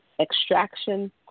extraction